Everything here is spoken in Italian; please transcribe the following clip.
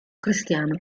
cristiano